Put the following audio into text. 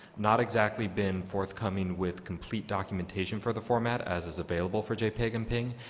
not exactly been forthcoming with complete documentation for the format, as is available for jpeg and png.